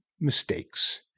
mistakes